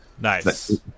Nice